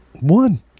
One